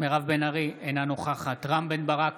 מירב בן ארי, אינו נוכח רם בן ברק,